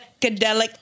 Psychedelic